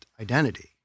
identity